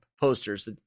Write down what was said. posters